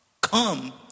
Come